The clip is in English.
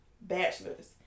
bachelor's